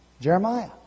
Jeremiah